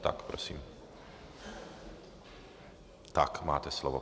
Tak prosím, máte slovo.